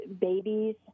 babies